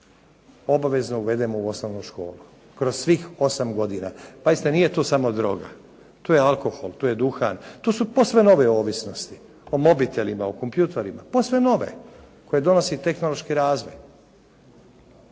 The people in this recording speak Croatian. obavezno uvedemo u osnovnu školu, kroz svih osam godina. Pazite nije tu samo droga. Tu je alkohol, tu je duhan, tu su posebno nove ovisnosti. O mobitelima, o kompjutorima, posve nove koje donosi tehnološki razvoj.